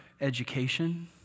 education